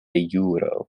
juro